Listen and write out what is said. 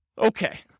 Okay